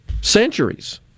centuries